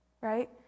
right